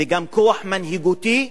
וגם כוח מנהיגותי,